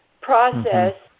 process